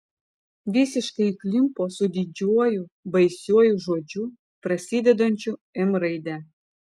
visiškai įklimpo su didžiuoju baisiuoju žodžiu prasidedančiu m raide